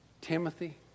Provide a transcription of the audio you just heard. Timothy